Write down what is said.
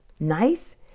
Nice